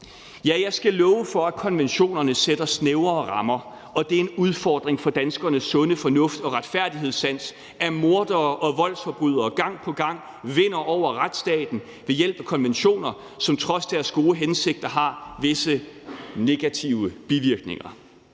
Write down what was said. jeg skal love for, at konventionerne sætter snævre rammer, og det er en udfordring for danskernes sunde fornuft og retfærdighedssans, at mordere og voldsforbrydere gang på gang vinder over retsstaten ved hjælp af konventioner, som trods deres gode hensigter har visse negative bivirkninger.